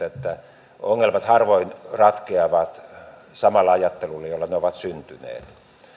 että ongelmat harvoin ratkeavat samalla ajattelulla jolla ne ovat syntyneet